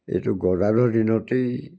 এইটো গদাধৰ দিনতেই